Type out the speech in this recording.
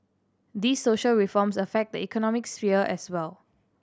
these social reforms affect the economic sphere as well